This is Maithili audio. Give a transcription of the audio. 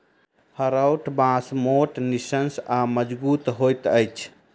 हरोथ बाँस मोट, निस्सन आ मजगुत होइत अछि